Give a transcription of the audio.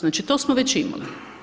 Znači to smo veći imali.